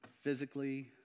physically